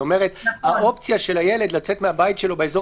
היא אומרת שהאופציה של הילד לצאת מהבית שלו באזור